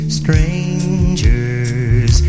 strangers